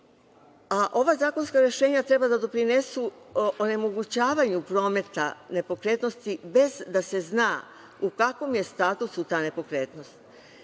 a ova zakonska rešenja treba da doprinesu onemogućavanju prometa nepokretnosti, bez da se zna u kakvom je statusu ta nepokretnost.